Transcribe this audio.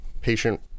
patient